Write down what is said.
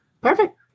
Perfect